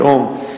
לאום,